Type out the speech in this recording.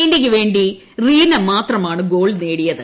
ഇന്ത്യയ്ക്ക് വേണ്ടി റീന മാത്രമാണ് ഗോൾ നേടിയത്